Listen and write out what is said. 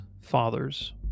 fathers